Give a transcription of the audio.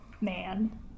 man